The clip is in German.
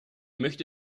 möchte